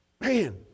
man